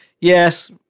yes